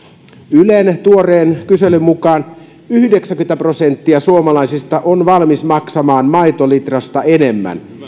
ylen tuoreen kyselyn mukaan yhdeksänkymmentä prosenttia suomalaisista on valmis maksamaan maitolitrasta enemmän